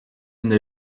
une